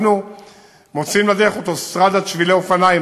אנחנו מוציאים לדרך אוטוסטרדת שבילי אופניים,